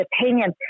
opinion